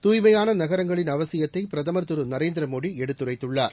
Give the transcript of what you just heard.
தூய்மையான நகரங்களின் அவசியத்தை பிரதமர் திரு நரேந்திர மோடி எடுத்துரைத்துள்ளார்